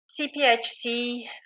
CPHC